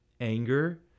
anger